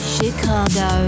Chicago